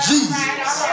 Jesus